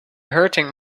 hurting